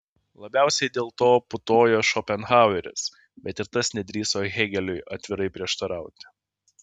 labiausiai dėl to putojo šopenhaueris bet ir tas nedrįso hėgeliui atvirai prieštarauti